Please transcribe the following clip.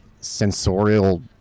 sensorial